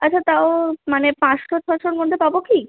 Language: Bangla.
আচ্ছা তাও মানে পাঁচশো ছশোর মধ্যে পাবো কি